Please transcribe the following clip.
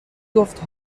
گفت